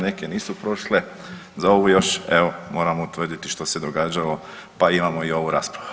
Neke nisu prošle za ovu još evo moramo utvrditi što se događalo pa imamo i ovu raspravu.